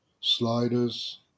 Sliders